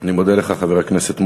אני מודה לך, חבר הכנסת מוזס.